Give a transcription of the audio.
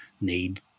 need